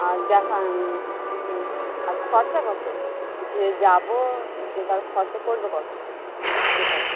আর দেখা আর খরচা কত যে যাব যে তার খরচা পড়বে কত সেটাই